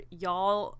y'all